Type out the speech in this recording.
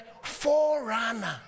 forerunner